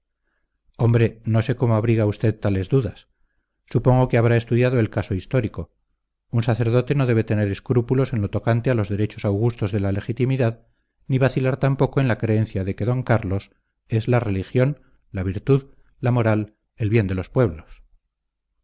hombre no sé cómo abriga usted tales dudas supongo que habrá estudiado el caso histórico un sacerdote no debe tener escrúpulos en lo tocante a los derechos augustos de la legitimidad ni vacilar tampoco en la creencia de que d carlos es la religión la virtud la moral el bien de los pueblos